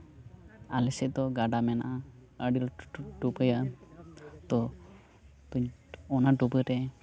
ᱟᱞᱮ ᱥᱮᱫ ᱫᱚ ᱜᱟᱰᱟ ᱢᱮᱱᱟᱜᱼᱟ ᱟᱹᱰᱤ ᱞᱟᱹᱴᱩ ᱞᱟᱹᱴᱩ ᱰᱩᱵᱟᱹᱭᱟ ᱛᱚ ᱚᱱᱟ ᱰᱩᱵᱟᱹ ᱨᱮ